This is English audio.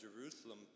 Jerusalem